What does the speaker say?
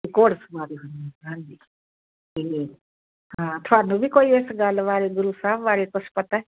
ਘੋੜ ਸਵਾਰੀ ਹੁੰਦੀ ਹਾਂਜੀ ਅਤੇ ਹਾਂ ਤੁਹਾਨੂੰ ਵੀ ਕੋਈ ਇਸ ਗੱਲ ਬਾਰੇ ਗੁਰੂ ਸਾਹਿਬ ਬਾਰੇ ਕੁਝ ਪਤਾ ਹੈ